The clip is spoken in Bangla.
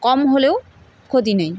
কম হলেও ক্ষতি নেই